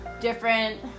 different